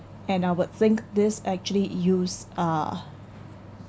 and I would think this actually used uh